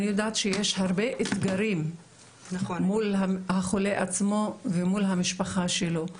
אני יודעת שיש הרבה אתגרים מול החולה עצמו ומול המשפחה שלו,